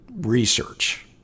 research